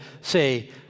say